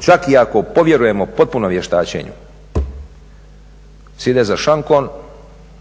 čak i ako povjerujemo potpuno vještačenju sjede za šankom